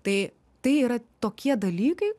tai tai yra tokie dalykai